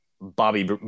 Bobby